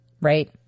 right